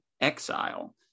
exile